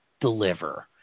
deliver